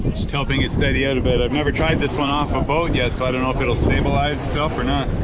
just helping it steady out a bit, i've never tried this one off a boat yet so i don't know if it'll stabilize itself or not,